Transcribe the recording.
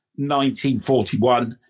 1941